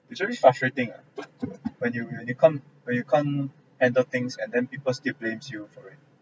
it's very frustrating lah when you you come when you can't handle things and then people still blame you for it